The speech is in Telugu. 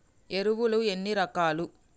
ఎరువులు ఎన్ని రకాలు?